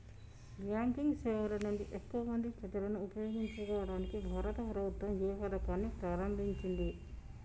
Banking సేవల నుండి ఎక్కువ మంది ప్రజలను ఉపయోగించుకోవడానికి భారత ప్రభుత్వం ఏ పథకాన్ని ప్రారంభించింది?